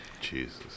Jesus